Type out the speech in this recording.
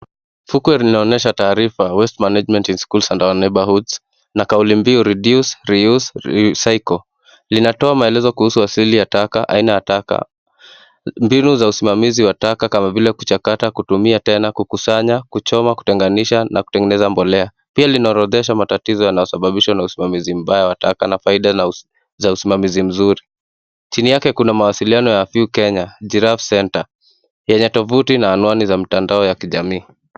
Fukwe linaonyesha taarifa Waste Management in schools and our neighborhood na likawaambia reduse , re-use recycle .Linatoa maelezo kuhusu kauli ya taka, aina ya taka , mbinu asili ya usimamizi wa taka kama vile kuchakata, kutumia tena , kukusanya, kuchoma , kutenganisha na kutengeneza mbolea. Pia linaorodhesha matatizo yanayo sababishwa na usimamizi mbaya wa taka na faida wa msimamizi mzuri . Chini yake kuna mawasiliano ya AFEW-KENYA nA GIRAFFE CENTER yenye tovuti za mtandao na anwani ya jamii.